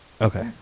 Okay